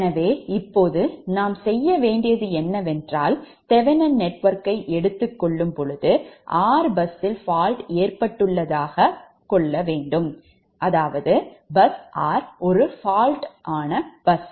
எனவே இப்போது நாம் செய்ய வேண்டியது என்னவென்றால் thevenin நெட்வொர்க்கை நாம் எடுத்துக் கொள்ளும்போது r பஸ்ஸில் fault ஏற்பட்டது என்று வைத்துக் கொள்ளுங்கள் மற்றும் பஸ் r ஒரு fault ஆன பஸ்